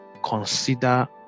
consider